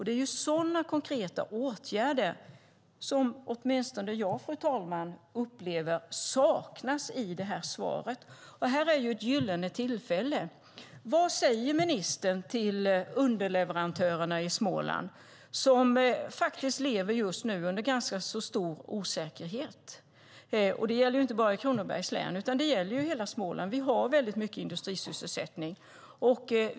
Det är sådana konkreta åtgärder som åtminstone jag upplever, fru talman, saknas i det här svaret. Här är ett gyllene tillfälle. Vad säger ministern till underleverantörerna i Småland som just nu lever under en ganska stor osäkerhet? Det gäller inte bara Kronobergs län utan hela Småland, vi har väldigt mycket industrisysselsättning där.